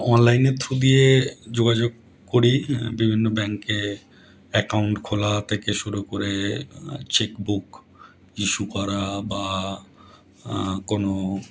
অনলাইনের থ্রু দিয়ে যোগাযোগ করি বিভিন্ন ব্যাঙ্কে অ্যাকাউন্ট খোলা থেকে শুরু করে চেক বুক ইস্যু করা বা কোনো